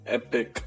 Epic